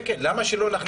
למה שלא נכניס את זה?